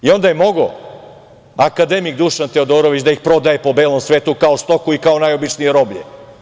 I onda je mogao akademik Dušan Teodorović da ih prodaje po belom svetu kao stoku i kao najobičnije roblje.